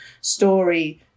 story